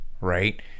right